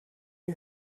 you